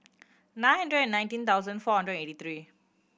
nine hundred and nineteen thousand four hundred eighty three